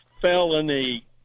felony